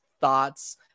thoughts